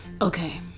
Okay